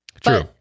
True